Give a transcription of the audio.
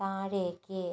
താഴേക്ക്